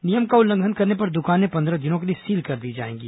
नियम का उल्लंघन करने पर दुकानें पंद्रह दिनों के लिए सील कर दी जाएंगी